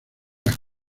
las